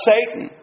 Satan